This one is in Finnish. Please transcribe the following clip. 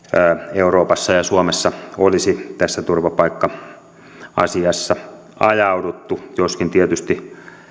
euroopassa ja suomessa olisi tässä turvapaikka asiassa ajauduttu joskin tietysti